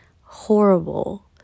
horrible